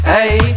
Hey